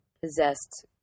possessed